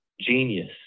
genius